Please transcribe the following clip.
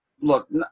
look